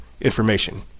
information